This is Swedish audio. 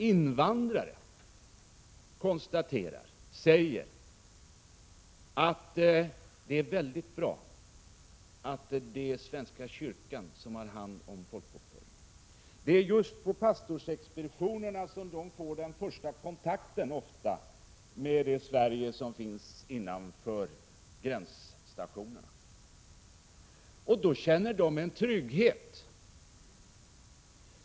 Invandrare säger att det är väldigt bra att det är svenska kyrkan som har hand om folkbokföringen. Det är just på pastorsexpeditionerna som de ofta får den första kontakten med det Sverige som finns innanför gränsstationerna. Då känner de en trygghet.